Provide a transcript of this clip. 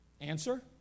Answer